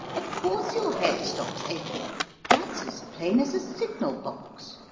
of course your head stops aching that's as plain as a signal-box.